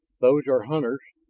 those are hunters,